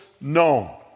known